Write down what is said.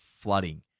flooding